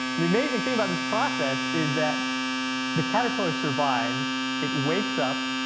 the amazing thing about this process is that the caterpillar survives, it wakes up,